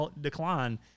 decline